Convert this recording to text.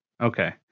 Okay